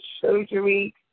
surgery